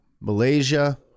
Malaysia